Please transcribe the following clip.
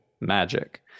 magic